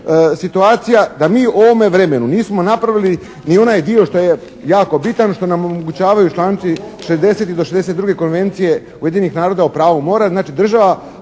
da mi u ovome vremenu nismo napravili ni onaj dio što je jako bitan, što nam omogućavaju članci 60. do 62. Konvencije Ujedinjenih naroda o pravu mora.